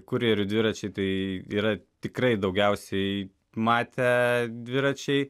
kurjerių dviračiai tai yra tikrai daugiausiai matę dviračiai